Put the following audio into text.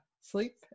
sleep